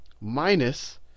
minus